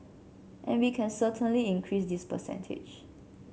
and we can certainly increase this percentage